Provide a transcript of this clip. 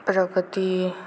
प्रगती